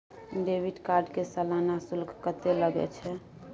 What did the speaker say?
Debit card के सालाना शुल्क कत्ते लगे छै?